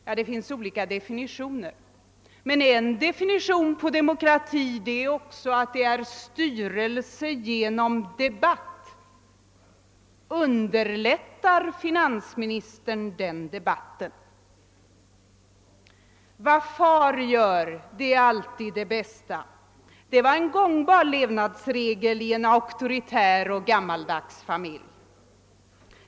Ja, det finns olika definitioner, men en annan definition på demokratin är styrelse genom debatt. Underlättar finansministern den debatten? »Vad far gör är alltid det bästa» — det var en gångbar levnadsregel i auktoritära och gammaldags familjer.